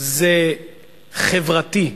זה חברתי,